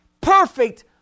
perfect